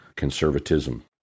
Conservatism